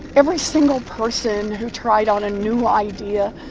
every single person who tried on a new idea,